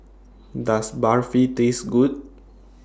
Does Barfi Taste Good